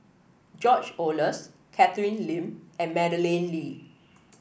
George Oehlers Catherine Lim and Madeleine Lee